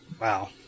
Wow